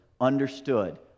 understood